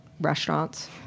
restaurants